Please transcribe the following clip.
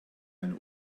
mein